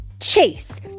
Chase